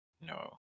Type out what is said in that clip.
no